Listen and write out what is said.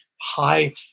high